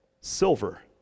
silver